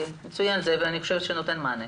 מצוין, אני חושבת שזה נותן מענה.